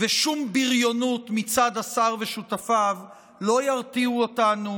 ושום בריונות מצד השר ושותפיו לא ירתיעו אותנו